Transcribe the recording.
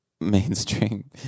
mainstream